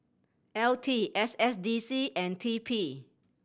L T S S D C and T P